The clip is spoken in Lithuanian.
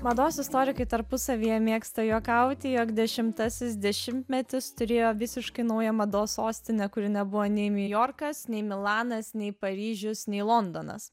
mados istorikai tarpusavyje mėgsta juokauti jog dešimtasis dešimtmetis turėjo visiškai naują mados sostinę kuri nebuvo nei niujorkas nei milanas nei paryžius nei londonas